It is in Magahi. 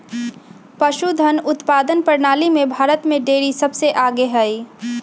पशुधन उत्पादन प्रणाली में भारत में डेरी सबसे आगे हई